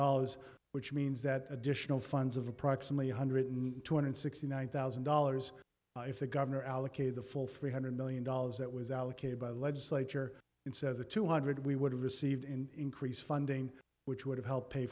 dollars which means that additional funds of approximately one hundred two hundred sixty one thousand dollars if the governor allocated the full three hundred million dollars that was allocated by the legislature instead of the two hundred we would have received in increased funding which would have helped pay